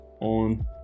on